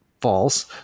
false